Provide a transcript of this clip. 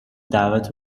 دعوت